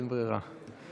אין ברירה.